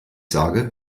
sage